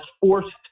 forced